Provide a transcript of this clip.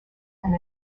and